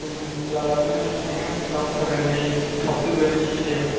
जोंनि खेला लानो नागिरनाया दावधारानि थावख्रि गयारि स्टुडियामाव